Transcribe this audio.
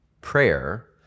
Prayer